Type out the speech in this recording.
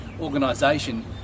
organization